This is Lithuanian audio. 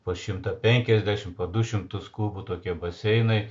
po šimtą penkiasdešim po du šimtus kubų tokie baseinai